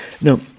Now